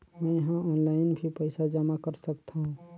मैं ह ऑनलाइन भी पइसा जमा कर सकथौं?